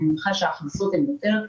אני מניחה שההכנסות גדולות יותר.